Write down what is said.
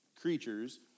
creatures